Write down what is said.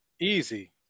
Easy